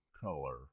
color